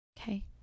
Okay